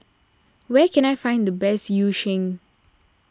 where can I find the best Yu Sheng